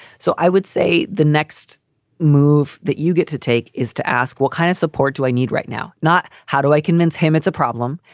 so i would say the next move that you get to take is to ask what kind of support do i need right now? not how do i convince him it's a problem?